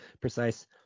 precise